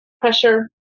pressure